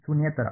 ಶೂನ್ಯೇತರ